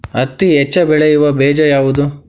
ಹತ್ತಿ ಹೆಚ್ಚ ಬೆಳೆಯುವ ಬೇಜ ಯಾವುದು?